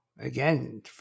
Again